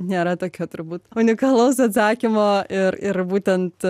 nėra tokio turbūt unikalaus atsakymo ir ir būtent